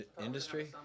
industry